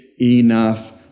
enough